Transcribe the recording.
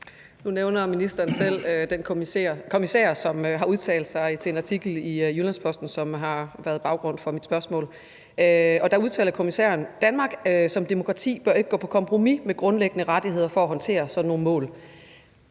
Nu nævner ministeren selv den kommissær, som har udtalt sig i den artikel i Jyllands-Posten, som har været baggrunden for mit spørgsmål. Der udtaler kommissæren: »Danmark, som et demokrati, burde ikke gå på kompromis med grundlæggende rettigheder for at håndtere sådanne mål